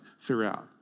throughout